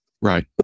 Right